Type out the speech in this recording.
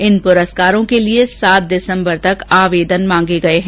इन पुरस्कारों के लिए सात दिसम्बर तक आवेदन मांगे गए हैं